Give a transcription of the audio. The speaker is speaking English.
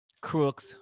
crooks